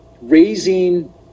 raising